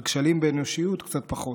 על כשלים באנושיות קצת פחות.